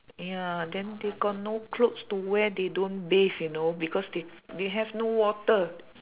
ya then they got no clothes to wear they don't bathe you know because they they have no water